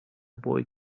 boy